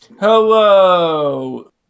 hello